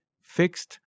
fixed